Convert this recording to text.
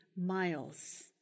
miles